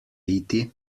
iti